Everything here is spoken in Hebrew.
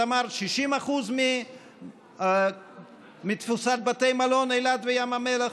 את אמרת 60% מתפוסת בתי המלון באילת וים המלח?